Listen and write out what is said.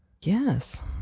yes